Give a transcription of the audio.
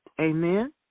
Amen